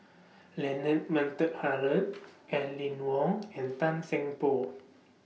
Leonard Montague Harrod Aline Wong and Tan Seng Poh